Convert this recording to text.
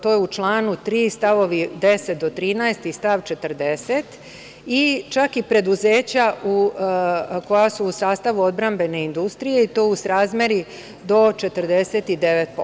To je u članu 3. st. 10. do 13. i stav 40. i čak i preduzeća koja su u sastavu odbrambene industrije i to u srazmeri do 49%